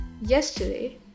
yesterday